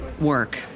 work